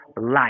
life